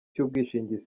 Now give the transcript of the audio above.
cy’ubwishingizi